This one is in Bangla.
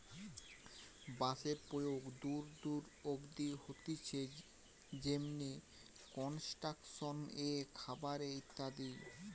বাঁশের প্রয়োগ দূর দূর অব্দি হতিছে যেমনি কনস্ট্রাকশন এ, খাবার এ ইত্যাদি